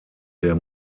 der